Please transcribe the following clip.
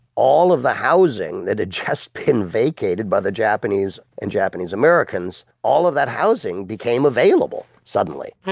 all of the housing that had just been vacated by the japanese and japanese-americans, all of that housing became available, suddenly